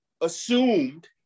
assumed